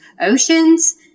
Oceans